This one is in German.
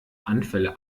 anfälle